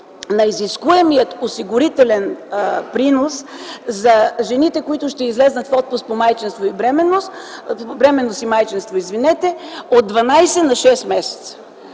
на изискуемия осигурителен принос за жените, които ще излязат в отпуск по бременност и майчинство от 12 на 6 месеца.